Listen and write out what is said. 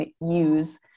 use